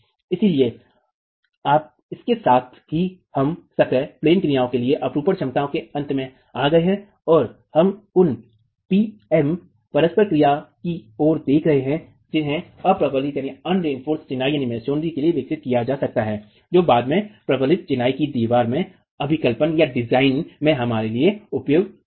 इसलिए इसके साथ ही हम सतह क्रियाओं के लिए अपरूपण क्षमता के अंत में आ गए हैं और हम उन पीएम परस्पर क्रिया की ओर देख रहे हैं जिन्हें अ प्रबलित चिनाई के लिए विकसित किया जा सकता है जो बाद में प्रबलित चिनाई की दीवारों के अभिकल्पनडिजाइन में हमारे लिए उपयोग में होगा